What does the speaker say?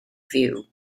fyw